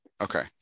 Okay